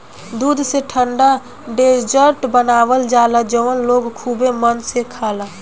दूध से ठंडा डेजर्ट बनावल जाला जवन लोग खुबे मन से खाला